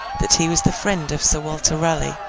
that he was the friend of sir walter raleigh,